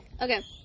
Okay